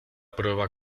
prueba